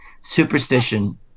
superstition